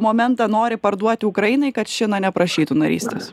momentą nori parduoti ukrainai kad ši na neprašytų narystės